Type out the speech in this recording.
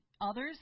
others